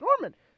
Norman